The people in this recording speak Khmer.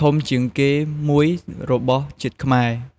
ធំជាងគេមួយរបស់ជាតិខ្មែរ។